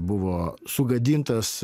buvo sugadintas